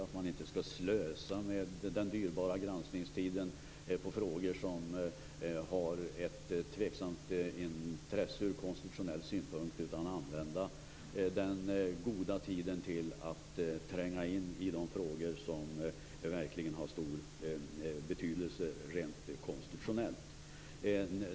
Man skall inte slösa med den dyrbara granskningstiden på frågor som har ett tveksamt intresse ur konstitutionell synpunkt utan använda den goda tiden till att tränga in i de frågor som verkligen har stor betydelse rent konstitutionellt.